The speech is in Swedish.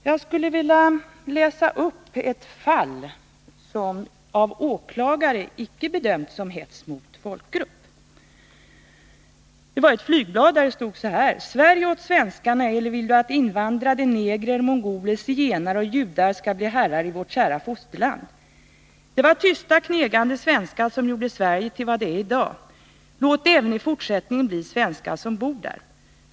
Jag skulle vilja referera ett fall som av åklagare icke bedömts som hets mot folkgrupp. Det gällde ett flygblad där det stod: eller vill du att invandrade negrer, mongoler, zigenare och judar skall bli herrar i vårt kära fosterland. Det var tysta knegande svenskar som gjorde Sverige till vad det är idag: Låt det även i fortsättningen bli svenskar som bor här.